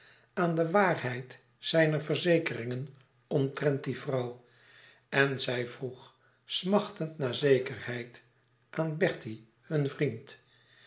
aan de waarheid zijner verzekeringen omtrent die vrouw en zij vroeg smachtende naar zekerheid aan bertie hun vriend